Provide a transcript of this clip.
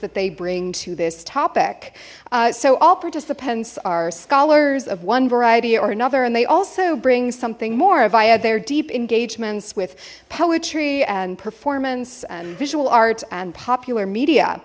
that they bring to this topic so all participants are scholars of one variety or another and they also bring something more of i have their deep engagements with poetry and performance and visual art and popular media